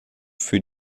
für